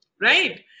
right